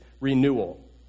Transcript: renewal